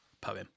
poem